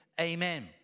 amen